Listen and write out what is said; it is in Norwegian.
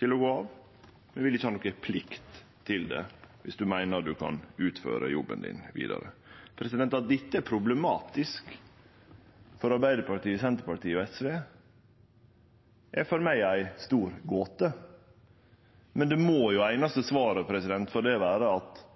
til å gå av, men ein vil ikkje ha noka plikt til det, dersom ein meiner ein kan utføre jobben vidare. At dette er problematisk for Arbeidarpartiet, Senterpartiet og SV, er for meg ei stor gåte, men det einaste svaret på det må vere at